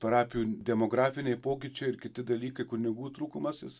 parapijų demografiniai pokyčiai ir kiti dalykai kunigų trūkumas jis